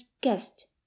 guest